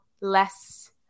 less –